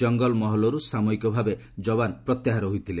ଜଙ୍ଗଲ ମହଲର୍ ସାମୟିକଭାବେ ଯବାନ ପ୍ରତ୍ୟାହାର ହୋଇଥିଲେ